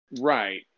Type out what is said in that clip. Right